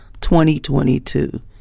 2022